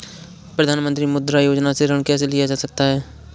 प्रधानमंत्री मुद्रा योजना से ऋण कैसे लिया जा सकता है?